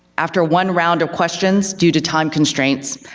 after one round of questions, due to time constraints,